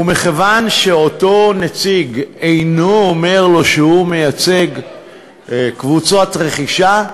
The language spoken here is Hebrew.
ומכיוון שאותו נציג אינו אומר לו שהוא מייצג קבוצות רכישה,